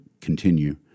continue